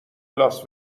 لاس